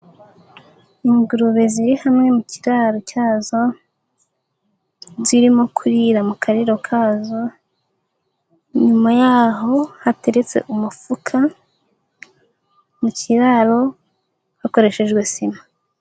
Ingurube ziri hamwe mu kiraro cyazo zirimo kurira mu kariro kazo, inyuma y'aho hateretse umufuka, mu kiraro hakoreshejwe sima.